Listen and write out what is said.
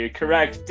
correct